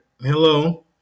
Hello